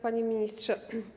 Panie Ministrze!